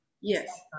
yes